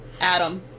Adam